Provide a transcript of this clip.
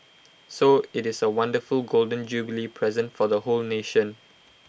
so IT is A wonderful Golden Jubilee present for the whole nation